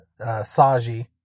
Saji